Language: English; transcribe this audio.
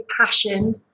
passion